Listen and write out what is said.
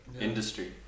industry